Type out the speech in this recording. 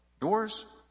doors